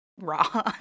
raw